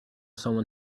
someone